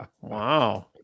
Wow